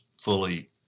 fully